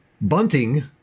bunting